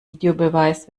videobeweis